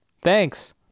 Thanks